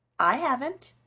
i haven't,